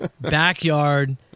backyard